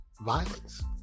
violence